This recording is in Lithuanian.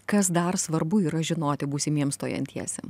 kas dar svarbu yra žinoti būsimiem stojantiesiem